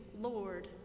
Lord